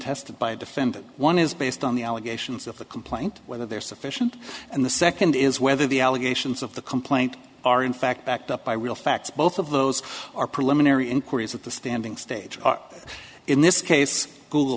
a defendant one is based on the allegations of the complaint whether they are sufficient and the second is whether the allegations of the complaint are in fact backed up by real facts both of those are preliminary inquiries at the standing stage in this case google